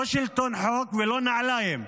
לא שלטון חוק ולא נעליים.